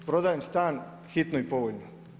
Prodajem stan hitno i povoljno!